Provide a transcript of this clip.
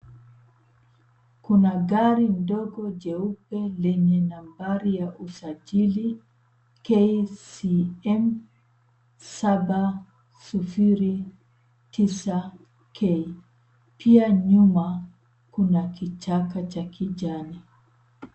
Kuna gari dogo jeupe lenye nambari ya usajili 'KCM 709K'. Pia nyuma, kuna kichaka cha kijani.